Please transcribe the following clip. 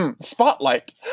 Spotlight